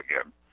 again